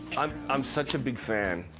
i'm i'm such a big fan.